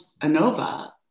ANOVA